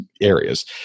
areas